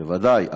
בוודאי.